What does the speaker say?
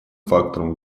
фактором